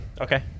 okay